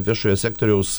viešojo sektoriaus